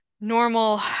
normal